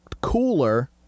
cooler